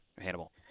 Hannibal